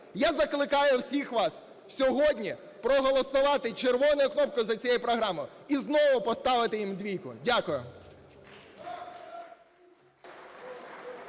Я закликаю всіх вас сьогодні проголосувати червоною кнопкою за цю програму і знову поставити їм двійку. Дякую.